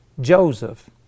Joseph